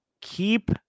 keep